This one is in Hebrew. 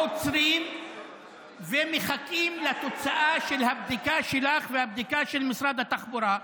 עוצרים ומחכים לתוצאה של הבדיקה שלך והבדיקה של משרד התחבורה.